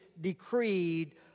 decreed